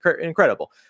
incredible